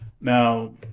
now